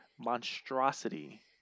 monstrosity